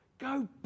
Go